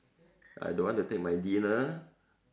I don't want to take my dinner